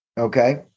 Okay